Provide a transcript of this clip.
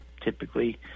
typically